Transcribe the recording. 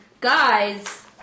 Guys